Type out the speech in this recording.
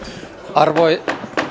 arvoi